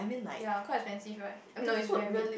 ya quite expensive right I mean no is varied